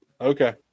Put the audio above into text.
Okay